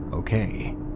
okay